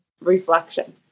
reflection